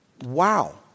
Wow